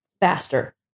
faster